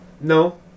No